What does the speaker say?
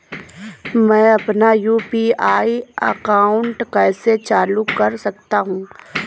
मैं अपना UPI account कैसे चालू कर सकता हूँ?